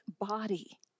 body